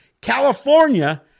California